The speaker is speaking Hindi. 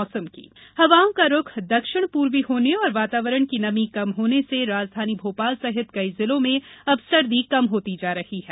मौसम हवाओं का रुख दक्षिण पूर्वी होने और वातावरण की नमी कम होने से राजधानी भोपाल सहित कई जिलों में अब सर्दी कम होती जा रही है